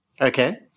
Okay